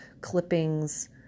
clippings